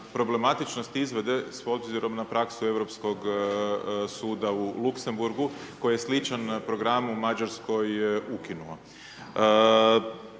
problematičnost izvedbe s obzirom na praksu Europskog suda u Luxemburgu koji je sličan programu u Mađarskoj, ukinuo.